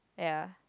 ya